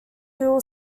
hill